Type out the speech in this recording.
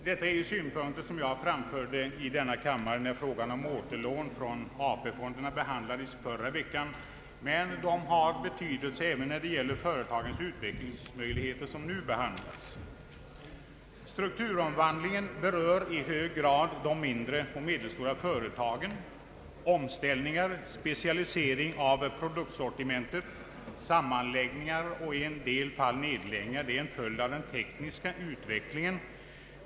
Detta är synpunkter som jag framförde i denna kammare när frågan om återlån från AP-fonderna behandlades i förra veckan, men de har betydelse även här. Strukturomvandlingen berör i hög grad de mindre och medelstora företagen. Omställningar, specialisering av produktsortimentet, sammanläggningar och i en del fall nedläggningar är en följd av den tekniska utvecklingen.